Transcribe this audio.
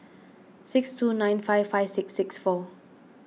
six two nine five five six six four